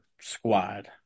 squad